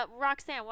roxanne